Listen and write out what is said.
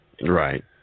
Right